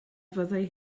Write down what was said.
fyddai